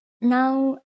Now